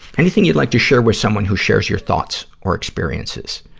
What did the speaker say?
anything you'd like to share with someone who shares your thoughts or experiences?